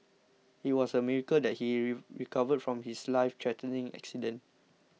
it was a miracle that he recovered from his lifethreatening accident